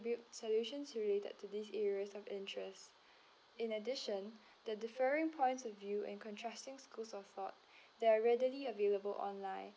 solutions related to these areas of interest in addition the differing points of view and contrasting schools of thought that are readily available online